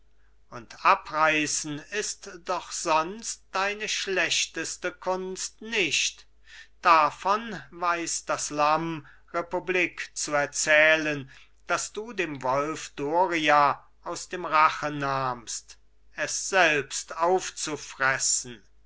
und abreißen ist doch sonst deine schlechteste kunst nicht davon weiß das lamm republik zu erzählen das du dem wolf doria aus dem rachen nahmst es selbst aufzufressen